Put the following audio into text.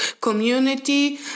community